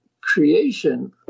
creation